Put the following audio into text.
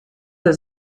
der